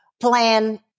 plan